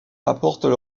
apportent